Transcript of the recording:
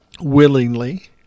willingly